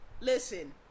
listen